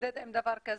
להתמודד עם דבר כזה.